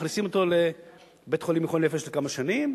מכניסים אותו לבית-חולים לחולי נפש לכמה שנים,